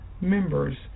members